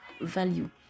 value